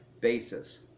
basis